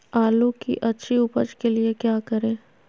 आलू की अच्छी उपज के लिए क्या करें?